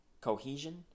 cohesion